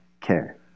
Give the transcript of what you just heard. care